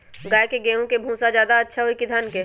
गाय के ले गेंहू के भूसा ज्यादा अच्छा होई की धान के?